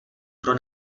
pro